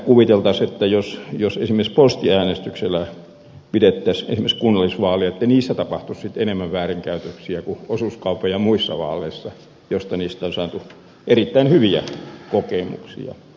miksi kuviteltaisiin että jos esimerkiksi postiäänestyksellä pidettäisiin kunnallisvaalit niissä tapahtuisi sitten enemmän väärinkäytöksiä kuin osuuskaupan ja muissa vaaleissa joissa postivaaleista on saatu erittäin hyviä kokemuksia